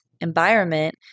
environment